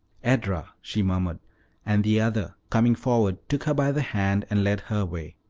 edra, she murmured and the other, coming forward, took her by the hand and led her away.